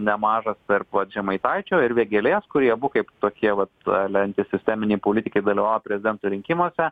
nemažas tarp vat žemaitaičio ir vėgėlės kurie abu kaip tokie vat ale anti sisteminiai politikai dalyvavo prezidento rinkimuose